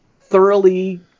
thoroughly